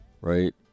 right